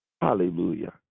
Hallelujah